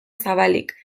zabalik